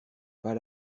pas